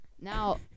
Now